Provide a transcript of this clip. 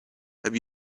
have